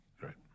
Right